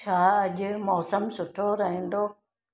छा अॼु मौसमु सुठो रहंदो